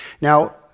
Now